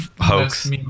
Hoax